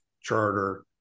Charter